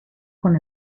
con